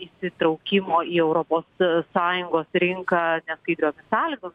įsitraukimo į europos sąjungos rinką neskaidriomis sąlygo